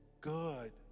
good